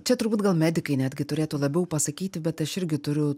čia turbūt gal medikai netgi turėtų labiau pasakyti bet aš irgi turiu